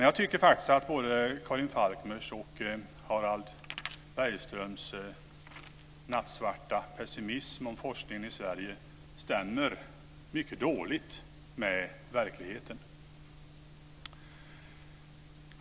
Jag tycker faktiskt att både Karin Falkmers och Harald Bergströms nattsvarta pessimism om forskningen i Sverige stämmer mycket dåligt med verkligheten.